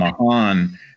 Mahan